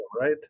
right